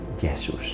Jesus